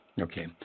Okay